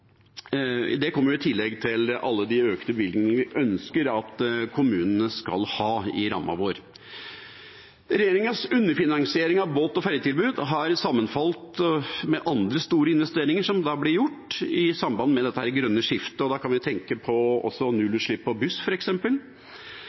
Det kommer i tillegg til alle de økte bevilgningene vi ønsker at kommunene skal ha i ramma vår. Regjeringas underfinansiering av båt- og ferjetilbud har sammenfalt med andre store investeringer som blir gjort i samband med det grønne skiftet. Da kan vi også f.eks. tenke på